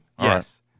yes